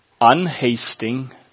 unhasting